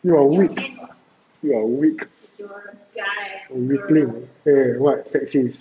you are weak you are weak weakling eh what sexist